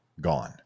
gone